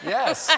Yes